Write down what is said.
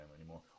anymore